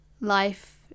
life